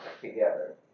together